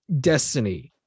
destiny